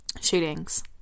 shootings